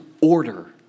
order